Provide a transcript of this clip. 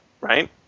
right